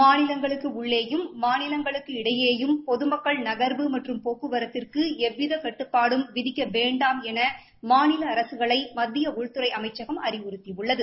மாநிலங்களுக்கு உள்ளேயும் மாநிலங்களுக்கு இடையேயான பொதுமக்கள் நகர்வு மற்றும் போக்குவரத்திற்கு எவ்வித கட்டுப்பாடும் விதிக்க வேண்டாம் என மாநில அரசுகளை மத்திய உள்துறை அமைச்சகம் அறிவுறுத்தியுள்ளது